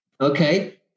Okay